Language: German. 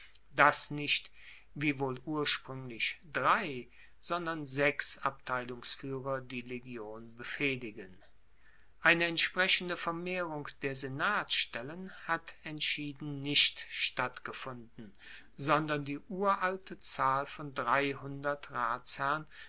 dass nicht wie wohl urspruenglich drei sondern sechs abteilungsfuehrer die legion befehligen eine entsprechende vermehrung der senatsstellen hat entschieden nicht stattgefunden sondern die uralte zahl von